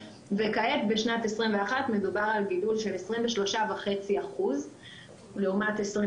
וכעת בשנת 2021 מדובר על גידול של 23.5% לעומת 2020,